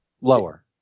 lower